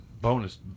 bonus